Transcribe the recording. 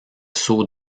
seau